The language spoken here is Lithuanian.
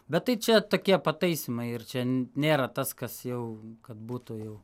bet tai čia tokie pataisymai ir čia nėra tas kas jau kad būtų jau